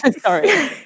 Sorry